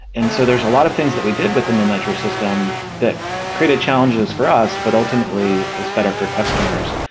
and so there're a lot of things that we did within the nitro system that created challenges for us, but ultimately it's better for customers.